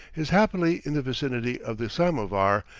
is happily in the vicinity of the samovar,